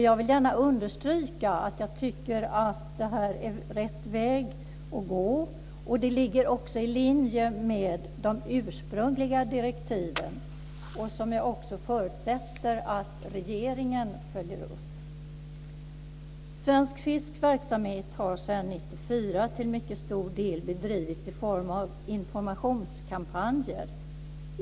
Jag vill gärna understryka att jag tycker att det här är rätt väg att gå. Det ligger också i linje med de ursprungliga direktiven, som jag också förutsätter att regeringen följer upp. Svensk Fisks verksamhet har sedan 1994 till mycket stor del bedrivits i form av informationskampanjer.